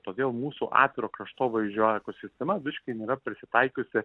todėl mūsų atviro kraštovaizdžio ekosistema visiškai nėra prisitaikiusi